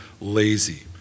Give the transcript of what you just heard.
lazy